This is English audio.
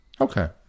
Okay